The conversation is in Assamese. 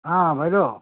বাইদেউ